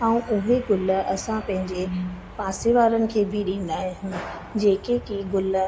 ऐं उहे गुल असां पंहिंजे पासे वारनि खे बि ॾींदा आहियूं जेके की गुल